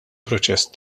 proċess